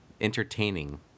entertaining